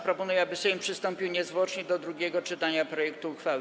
Proponuję, aby Sejm przystąpił niezwłocznie do drugiego czytania projektu uchwały.